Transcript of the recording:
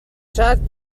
shut